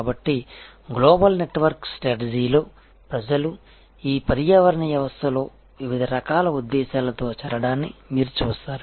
కాబట్టి global network స్ట్రాటజీలో ప్రజలు ఈ పర్యావరణ వ్యవస్థలలో వివిధ రకాల ఉద్దేశ్యాలతో చేరడాన్ని మీరు చూస్తారు